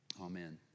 Amen